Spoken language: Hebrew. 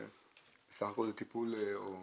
סך הכול זה טיפול או בירור,